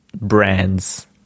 brands